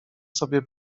sobie